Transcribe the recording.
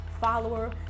follower